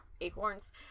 Acorns